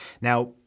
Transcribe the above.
now